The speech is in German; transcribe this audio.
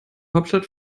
hauptstadt